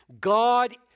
God